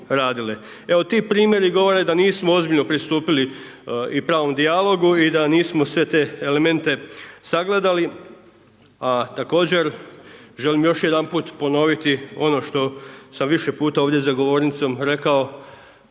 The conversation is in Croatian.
Evo ti primjeri govore da nismo ozbiljno pristupili i pravom dijalogu i da nismo sve te elemente sagledati a također želim još jedanput ponoviti ono što sam više puta ovdje za govornicom rekao